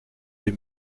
les